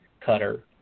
cutter